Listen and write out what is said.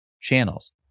channels